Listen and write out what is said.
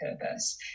purpose